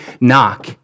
knock